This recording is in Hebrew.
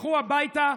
לכו הביתה.